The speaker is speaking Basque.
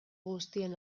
guztien